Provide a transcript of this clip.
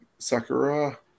Sakura